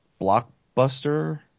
blockbuster